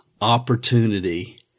opportunity